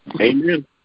Amen